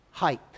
height